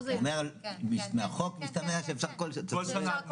הוא אומר שמהחוק משתמע שאפשר כל --- כל שנה.